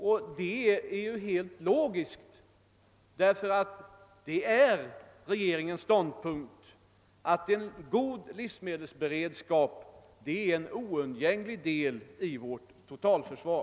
Och detta är helt logiskt, eftersom det är regeringens ståndpunkt att en god livsmedelsberedskap utgör en oundgänglig del i vårt totalförsvar.